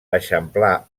eixamplar